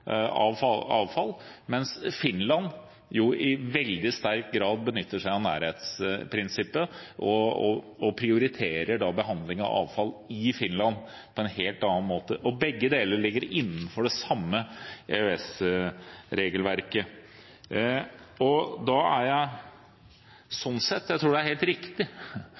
avfall, og Finland, som i veldig stor grad benytter seg av nærhetsprinsippet og prioriterer behandling av avfall – i Finland – på en helt annen måte. Begge deler ligger innenfor det samme EØS-regelverket. Sånn sett tror jeg det er helt riktig,